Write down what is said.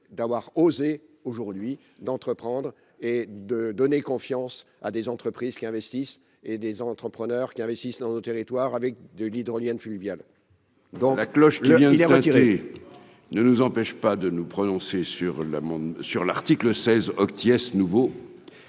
d'avoir osé aujourd'hui d'entreprendre et de donner confiance à des entreprises qui investissent et des entrepreneurs qui investissent dans nos territoires avec de l'hydroliennes fluviales. Dans la cloche qui vient : il a retiré ne nous empêche pas de nous prononcer sur la sur l'article 16 oct Yes nouveau,